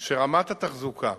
שרמת התחזוקה,